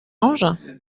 ange